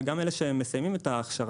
וגם אלה שמסיימים את ההכשרה,